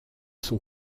sont